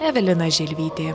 evelina želvytė